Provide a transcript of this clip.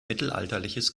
mittelalterliches